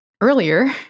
earlier